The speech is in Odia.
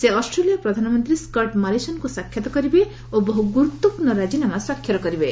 ସେ ଅଷ୍ଟ୍ରେଲିଆ ପ୍ରଧାନମନ୍ତ୍ରୀ ସ୍କଟ୍ ମାରିସନ୍ଙ୍କୁ ସାକ୍ଷାତ୍ କରିବେ ଓ ବହୁ ଗୁରୁତ୍ୱପୂର୍ଣ୍ଣ ରାଜିନାମା ସ୍ୱାକ୍ଷର କରିବେ